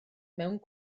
mewn